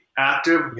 Active